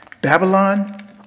Babylon